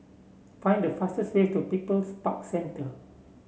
find the fastest way to People's Park Centre